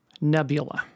nebula